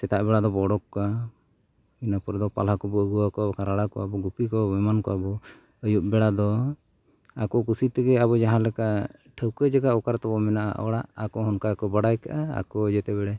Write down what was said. ᱥᱮᱛᱟᱜ ᱵᱮᱲᱟ ᱫᱚᱵᱚ ᱚᱰᱳᱠ ᱠᱚᱣᱟ ᱤᱱᱟᱹ ᱯᱚᱨᱮ ᱫᱚ ᱯᱟᱞᱦᱟ ᱠᱚᱵᱚ ᱟᱹᱜᱩᱣᱟᱠᱚᱣᱟ ᱵᱟᱠᱷᱟᱱ ᱨᱟᱲᱟ ᱠᱚᱣᱟ ᱵᱚ ᱜᱩᱯᱤ ᱠᱚᱣᱟ ᱵᱚᱱ ᱮᱢᱟᱱ ᱠᱚᱣᱟ ᱵᱚ ᱟᱹᱭᱩᱵ ᱵᱮᱲᱟ ᱫᱚ ᱟᱠᱚ ᱠᱩᱥᱤ ᱛᱮᱜᱮ ᱟᱵᱚ ᱡᱟᱦᱟᱸᱞᱮᱠᱟ ᱴᱷᱟᱣᱠᱟ ᱡᱟᱭᱜᱟ ᱚᱠᱟᱨᱮ ᱛᱟᱵᱚ ᱢᱮᱱᱟᱜᱼᱟ ᱚᱲᱟᱜ ᱟᱠᱚᱦᱚᱸ ᱚᱱᱠᱟ ᱜᱮᱠᱚ ᱵᱟᱲᱟᱭ ᱠᱟᱜᱼᱟ ᱟᱠᱚ ᱡᱟᱛᱮ ᱠᱚᱨᱮ